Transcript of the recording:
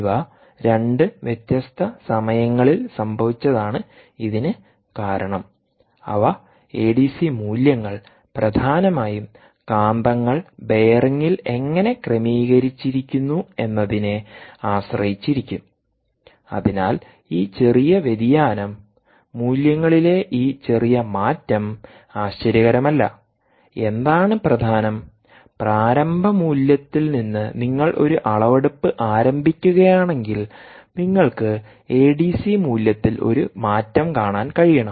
ഇവ രണ്ട് വ്യത്യസ്ത സമയങ്ങളിൽ സംഭവിച്ചതാണ് ഇതിന് കാരണം അവ എഡിസി മൂല്യങ്ങൾ പ്രധാനമായും കാന്തങ്ങൾ ബെയറിംഗിൽ എങ്ങനെ ക്രമീകരിചിരിക്കുന്നു എന്നതിനെ ആശ്രയിച്ചിരിക്കും അതിനാൽ ഈ ചെറിയ വ്യതിയാനം മൂല്യങ്ങളിലെ ഈ ചെറിയ മാറ്റം ആശ്ചര്യകരമല്ല എന്താണ് പ്രധാനം പ്രാരംഭ മൂല്യത്തിൽ നിന്ന് നിങ്ങൾ ഒരു അളവെടുപ്പ് ആരംഭിക്കുകയാണെങ്കിൽ നിങ്ങൾക്ക് എ ഡി സി മൂല്യത്തിൽ ഒരു മാറ്റം കാണാൻ കഴിയണം